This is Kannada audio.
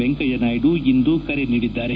ವೆಂಕಯ್ಕನಾಯ್ಡು ಇಂದು ಕರೆ ನೀಡಿದ್ದಾರೆ